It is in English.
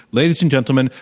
ladies and gentlemen,